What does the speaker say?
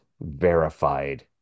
verified